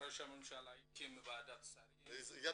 ראש הממשלה הקים ועדת שרים בראשותו.